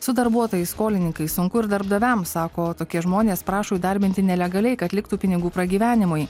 su darbuotojais skolininkais sunku ir darbdaviam sako tokie žmonės prašo įdarbinti nelegaliai kad liktų pinigų pragyvenimui